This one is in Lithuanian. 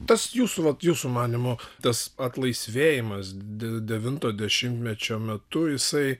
tas jūsų vat jūsų manymu tas atlaisvėjimas devinto dešimtmečio metu jisai